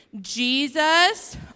Jesus